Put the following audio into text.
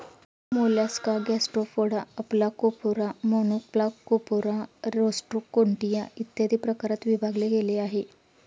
Mollusca Gastropoda, Aplacophora, Monoplacophora, Rostroconchia, इत्यादी प्रकारात विभागले गेले आहे